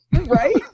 Right